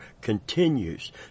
continues